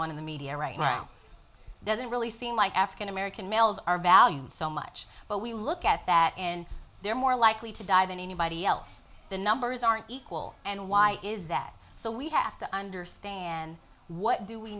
on in the media right now doesn't really seem like african american males are valued so much but we look at that and they're more likely to die than anybody else the numbers aren't equal and why is that so we have to understand what do we